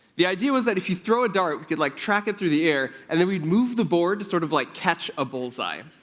the idea was that if you throw a dart, we could like track it through the air, and then we'd move the board to sort of like catch a bullseye.